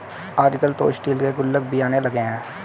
आजकल तो स्टील के गुल्लक भी आने लगे हैं